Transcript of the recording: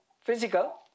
Physical